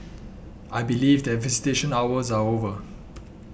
I believe that visitation hours are over